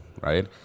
right